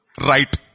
Right